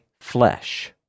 flesh